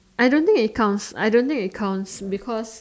I don't think it counts I don't think it counts because